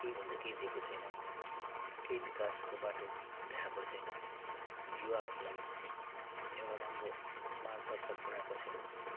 केही भन्दा केही दिएको छैन केही विकासको बाटो देखाएको छैन युवाहरूलाई एउटा राम्रो मार्गदर्शक गराएको छैन